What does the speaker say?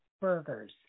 burgers